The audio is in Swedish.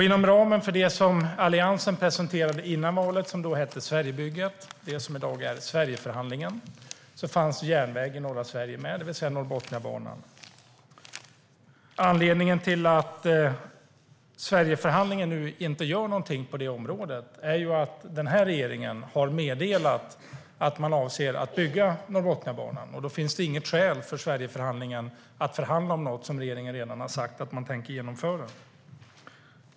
Inom ramen för det Alliansen presenterade före valet - som då hette Sverigebygget och som i dag är Sverigeförhandlingen - fanns järnväg i norra Sverige med, det vill säga Norrbotniabanan. Anledningen till att Sverigeförhandlingen nu inte gör någonting på området är att regeringen har meddelat att man avser att bygga Norrbotniabanan. Det finns inget skäl för Sverigeförhandlingen att förhandla om något som regeringen redan har sagt att den tänker genomföra.